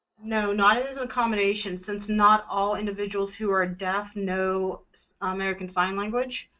no, not as an accommodation, since not all individuals who are deaf know american sign language.